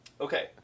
Okay